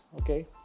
Okay